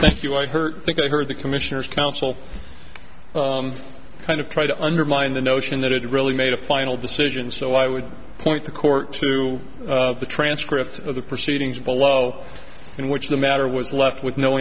thank you i've heard think i've heard the commissioners council kind of try to undermine the notion that it really made a final decision so i would point the court to the transcript of the proceedings below in which the matter was left with no